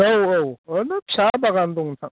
औ औ ओरैनो फिसा बागान दं नोंथां